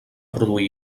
produir